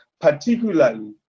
particularly